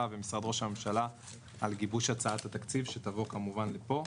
ומשרד ראש הממשלה על גיבוש הצעת התקציב שתובא כמובן לפה.